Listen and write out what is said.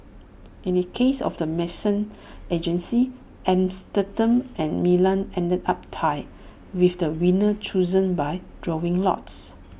in the case of the medicines agency Amsterdam and Milan ended up tied with the winner chosen by drawing lots